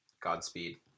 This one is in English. Godspeed